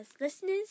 listeners